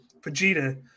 Vegeta